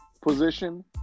position